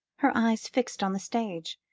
her eyes fixed on the stage,